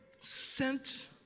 sent